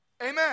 Amen